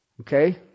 Okay